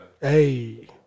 Hey